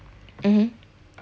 mmhmm